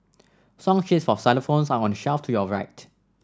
song sheets for xylophones are on the shelf to your right